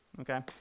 okay